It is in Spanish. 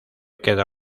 queda